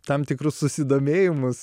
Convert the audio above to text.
tam tikrus susidomėjimus